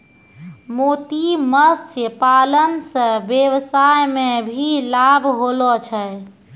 मोती मत्स्य पालन से वेवसाय मे भी लाभ होलो छै